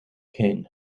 king